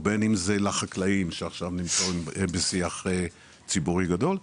ובין אם זה לחקלאים שעכשיו נמצאים בשיח ציבורי גדול,